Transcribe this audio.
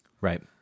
Right